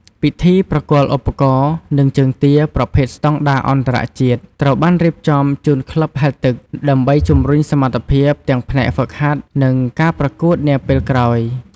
ពិធីប្រគល់ឧបករណ៍ និងជើងទាប្រភេទស្តង់ដារអន្តរជាតិត្រូវបានរៀបចំជូនក្លឹបហែលទឹក ដើម្បីជម្រុញសមត្ថភាពទាំងផ្នែកហ្វឹកហាត់ និងការប្រកួតនាពេលក្រោយ។